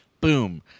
Boom